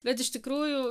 bet iš tikrųjų